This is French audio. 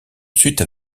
ensuite